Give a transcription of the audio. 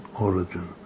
origin